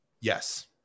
Yes